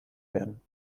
werden